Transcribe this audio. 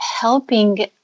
helping